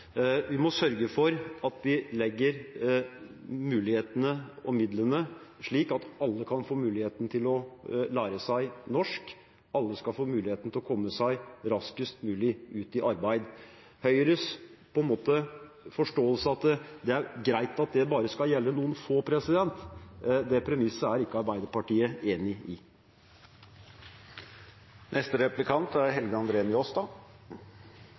Vi må sørge for at vi legger mulighetene og midlene slik at alle kan få anledning til å lære seg norsk. Alle skal få muligheten til å komme seg raskest mulig ut i arbeid. Når det gjelder Høyres forståelse av at det er greit at det bare skal gjelde noen få, er ikke Arbeiderpartiet enig i det premisset. Det er